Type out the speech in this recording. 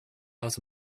out